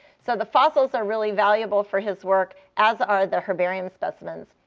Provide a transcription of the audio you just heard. so the fossils are really valuable for his work, as are the herbarium specimens.